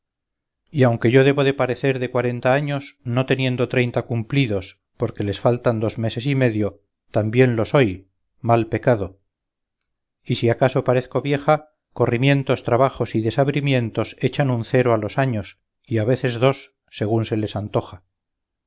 y aunque yo debo de parecer de cuarenta años no teniendo treinta cumplidos porque les faltan dos meses y medio también lo soy mal pecado y si acaso parezco vieja corrimientos trabajos y desabrimientos echan un cero a los años y a veces dos según se les antoja